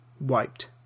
wiped